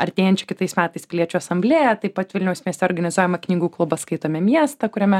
artėjančią kitais metais piliečių asamblėją taip pat vilniaus mieste organizuojamą knygų klubą skaitome miestą kuriame